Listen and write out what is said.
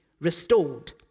restored